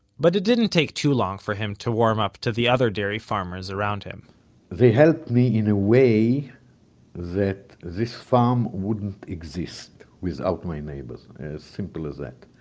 but it didn't take too long for him to warm up to the other dairy farmers around him they helped me in a way that this farm wouldn't exist without my neighbors, as simple as that.